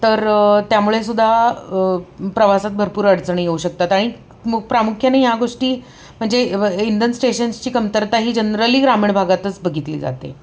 तर त्यामुळे सुद्धा प्रवासात भरपूर अडचणी येऊ शकतात आणि मु प्रामुख्याने ह्या गोष्टी म्हणजे इंधन स्टेशन्सची कमतरता ही जनरली ग्रामीण भागातच बघितली जाते